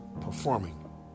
performing